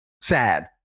sad